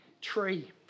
tree